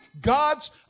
God's